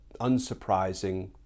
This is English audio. unsurprising